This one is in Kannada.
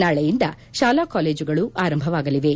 ನಾಳೆಯಿಂದ ಶಾಲಾ ಕಾಲೇಜುಗಳು ಆರಂಭವಾಗಲಿವೆ